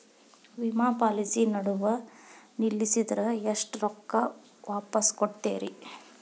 ವಿಮಾ ಪಾಲಿಸಿ ನಡುವ ನಿಲ್ಲಸಿದ್ರ ಎಷ್ಟ ರೊಕ್ಕ ವಾಪಸ್ ಕೊಡ್ತೇರಿ?